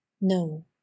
No